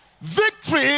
Victory